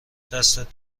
دستت